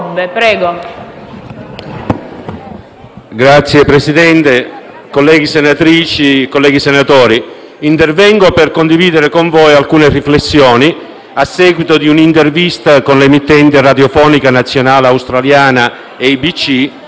Signor Presidente, colleghe senatrici e colleghi senatori, intervengo per condividere con voi alcune riflessioni a seguito di un'intervista con l'emittente radiofonica nazionale australiana ABC sui recenti fatti di Riace.